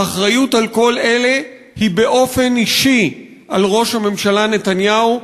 האחריות לכל אלה היא באופן אישי על ראש הממשלה נתניהו,